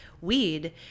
weed